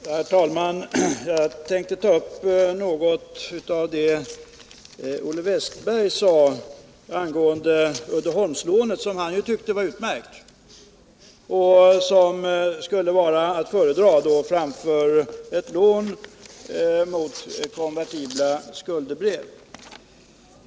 Herr talman! Jag tänkte ta upp något av det som Olle Wästberg i Stockholm sade angående Uddeholmslånet, som han ju tyckte var utmärkt och som skulle vara att föredra framför ett lån mot konvertibla skuldebrev.